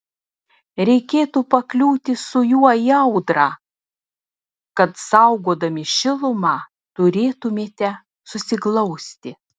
reikėtų pakliūti su juo į audrą kad saugodami šilumą turėtumėte susiglausti